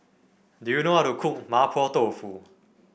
do you know how to cook Mapo Tofu